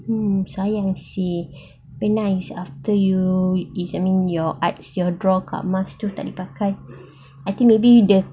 mm sayang seh very nice after you after your art your draw kat mask tu tak boleh pakai I think maybe the